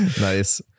nice